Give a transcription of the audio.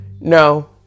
No